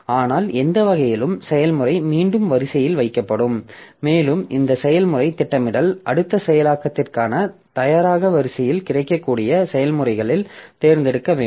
ஆனால் எந்த வகையிலும் செயல்முறை மீண்டும் வரிசையில் வைக்கப்படும் மேலும் இந்த செயல்முறை திட்டமிடல் அடுத்த செயலாக்கத்திற்கான தயாராக வரிசையில் கிடைக்கக்கூடிய செயல்முறைகளில் தேர்ந்தெடுக்க வேண்டும்